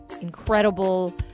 incredible